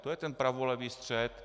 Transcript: To je ten pravolevý střed.